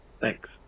Thanks